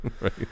right